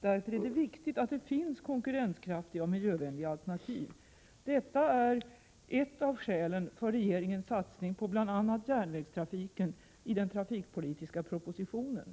Därför är det viktigt att det finns konkurrenskraftiga och miljövänliga alternativ. Detta är ett av skälen för regeringens satsning på bl.a. järnvägstrafiken i den trafikpolitiska propositionen.